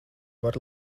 vari